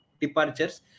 departures